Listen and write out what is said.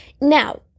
Now